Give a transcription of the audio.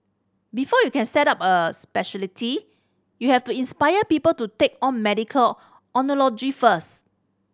before you can set up a speciality you have to inspire people to take on medical oncology first